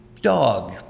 Dog